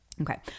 Okay